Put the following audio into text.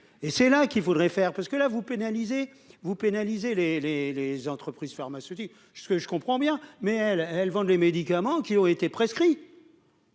et c'est là qu'il faudrait faire, parce que là vous pénalisez vous pénaliser les, les, les entreprises pharmaceutiques, ce que je comprends bien, mais elles, elles vendent les médicaments qui ont été prescrits.